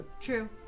True